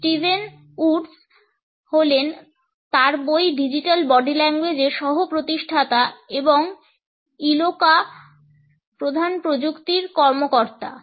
Steven Woods হলেন তার বই Digital Body Language এর সহ প্রতিষ্ঠাতা এবং Eloqua র প্রধান প্রযুক্তি কর্মকর্তা